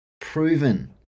proven